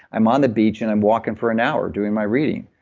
i'm on the beach and i'm walking for an hour doing my reading.